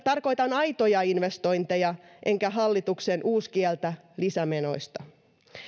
tarkoitan aitoja investointeja enkä hallituksen uuskieltä lisämenoista